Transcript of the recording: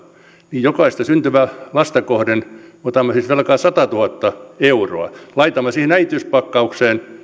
niin jokaista syntyvää lasta kohden otamme siis velkaa satatuhatta euroa laitamme siihen äitiyspakkaukseen